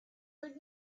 heard